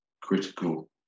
critical